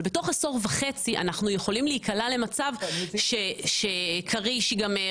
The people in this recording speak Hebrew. אבל בתוך עשור וחצי אנחנו יכולים להיקלע למצב שכריש ייגמר